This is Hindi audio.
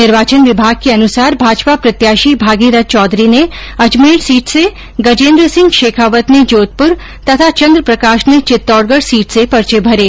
निर्वाचन विभाग के अनुसार भाजपा प्रत्याशी भागीरथ चौधरी ने अजमेर सीट से गजेन्द्र सिंह शेखावत ने जोधपुर तथा चन्द्र प्रकाश ने चित्तौडगढ सीट से पर्चे भरे